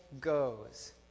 goes